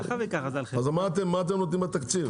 אז אמרתם מה אתם נותנים בתקציב?